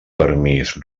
permís